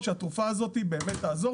תאמין לי שאני מתאפק הרבה.